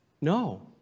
No